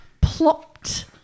plopped